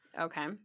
Okay